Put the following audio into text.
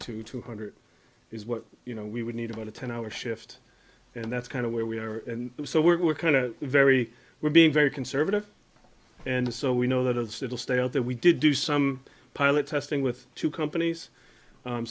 to two hundred is what you know we would need about a ten hour shift and that's kind of where we are so we're kind of very we're being very conservative and so we know that it's it'll stay out that we did do some pilot testing with two companies